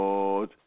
Lord